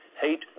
hate